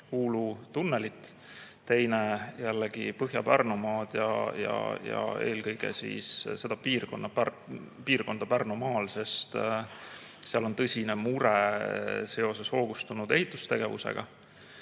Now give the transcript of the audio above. Uulu tunnelit, teine jällegi Põhja-Pärnumaad ja eelkõige seda piirkonda Pärnumaal, sest seal on tõsine mure hoogustunud ehitustegevuse